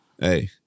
Hey